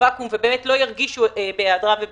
ואקום ולא ירגישו בהיעדרם ובחסרונם.